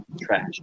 trash